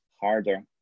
harder